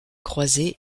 croiset